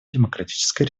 демократической